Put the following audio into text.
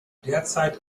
derzeit